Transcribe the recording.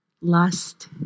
lust